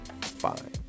fine